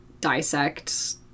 dissect